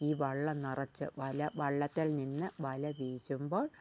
ഈ വള്ളം നിറച്ച് വല വള്ളത്തേൽ നിന്ന് വല വീശുമ്പോൾ